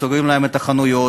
סוגרים להם את החנויות,